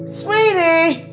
sweetie